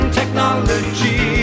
technology